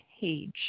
page